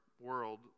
world